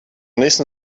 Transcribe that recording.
nächsten